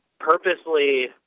purposely